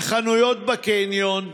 החנויות בקניון,